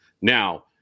Now